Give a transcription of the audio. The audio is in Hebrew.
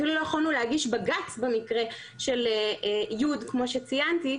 אפילו לא יכולנו להגיש בג"ץ במקרה של י' כמו שציינתי,